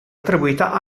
attribuita